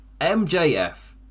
MJF